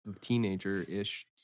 teenager-ish